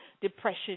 depression